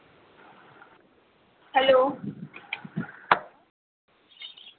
hello